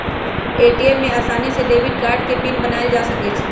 ATM में आसानी से डेबिट कार्ड के पिन बनायल जा सकई छई